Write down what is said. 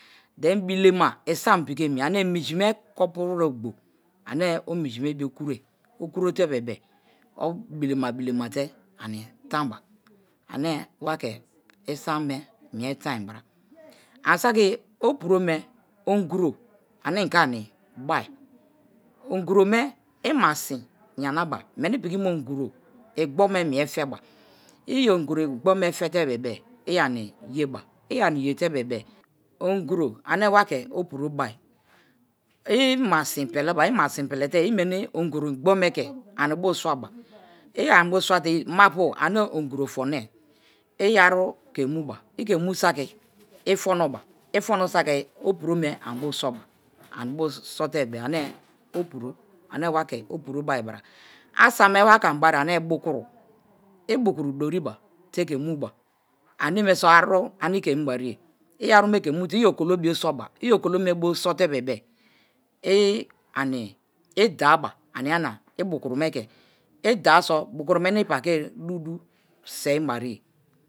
Then bi̱le̱ma isam pliki emi ane minji me kopuwere ogbo ane o minji me kopuwere rotebebe-e o bilema bilemate ani tan ba ane wake̱ isam me mie fan bira. Ani saki opuro me ongura ane inkari bia onguro me i ma sin yanaba meni piki mu onguru igbo me mie feba, iyo ongoro bo me mie fete bebere i ani yeba. I yete bebe-e onguro ane wa ke oputo bai, i ma sin peleba i masin pelete-e iu meni onguro gbo me ke ani bio suwaba i ani bio swate ma bo ane onguro fonoe, i aruke mjba ike mu saki ifonoba ifono saki opuro me ani bo soba anibo sote-e ane opuro ani wake̱ opuro baibara, asan me wake̱ ani bai bara ane buku̱ru̱ i buku doriba teke muba anemeso aru ane i ke mubariye i arume ke mute̱ iyokolobio soba iyokolobio sote bebe-e i ane i daba, ania-ania i bukuru me ke, i daso bukuru me paki dudu sein bari ye.